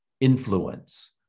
influence